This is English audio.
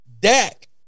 Dak